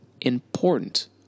important